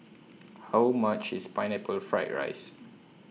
How much IS Pineapple Fried Rice